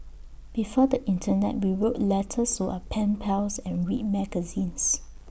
before the Internet we wrote letters to our pen pals and read magazines